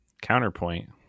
Counterpoint